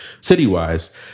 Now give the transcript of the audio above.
city-wise